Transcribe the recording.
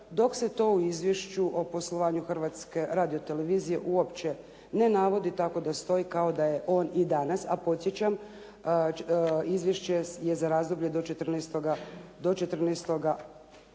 dok se to u izvješću o poslovanju Hrvatske radiotelevizije uopće ne navodi, tako da stoji kao da je on i danas, a podsjećam izvješće je za razdoblje do 14.